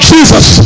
Jesus